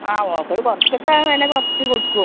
ആ ഓഫർ കുറച്ചൊക്കെ വില കുറച്ച് കൊടുക്കും